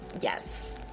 Yes